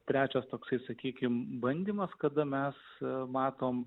trečias toksai sakykime bandymas kada mes matome